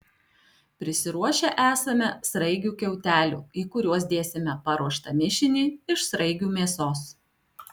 prisiruošę esame sraigių kiautelių į kuriuos dėsime paruoštą mišinį iš sraigių mėsos